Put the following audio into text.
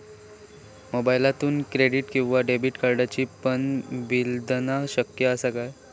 मोबाईलातसून क्रेडिट किवा डेबिट कार्डची पिन बदलना शक्य आसा काय?